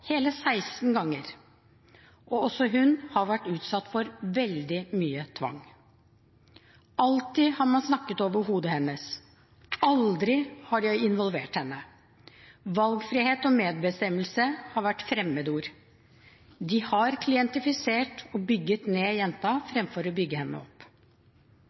hele 16 ganger, og også hun har vært utsatt for veldig mye tvang. Alltid har man snakket over hodet hennes, aldri har de involvert henne. Valgfrihet og medbestemmelse har vært fremmedord. De har klientifisert og bygget ned jenta fremfor å bygge henne opp.